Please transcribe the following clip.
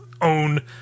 own